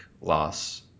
loss